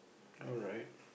alright